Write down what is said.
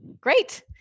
Great